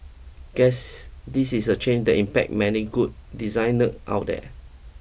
guess this is a chain that impacts many good design nerd out there